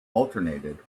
alternated